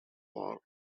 war